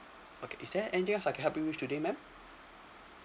okay is there anything else I can help you with today madam